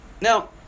Now